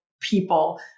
people